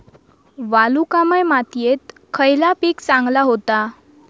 वालुकामय मातयेत खयला पीक चांगला होता?